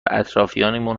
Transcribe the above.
اطرافیانمون